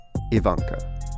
Ivanka